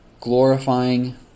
glorifying